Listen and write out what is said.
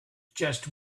just